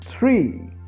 Three